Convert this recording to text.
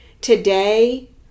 today